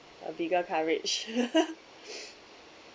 a bigger coverage